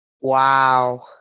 Wow